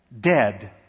dead